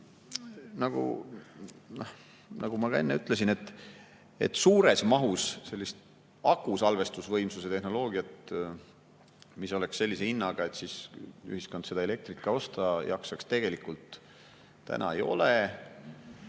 nagu ma ka enne ütlesin, suures mahus akusalvestusvõimsuse tehnoloogiat, mis oleks sellise hinnaga, et ühiskond seda elektrit osta jaksaks, tegelikult veel ei ole.